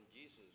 Jesus